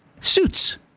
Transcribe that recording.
suits